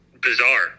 bizarre